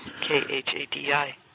K-H-A-D-I